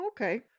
Okay